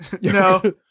No